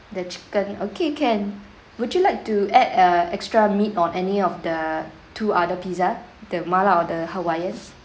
the chicken okay can would you like to add uh extra meat on any of the two other pizza the mala or the hawaiian